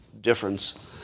difference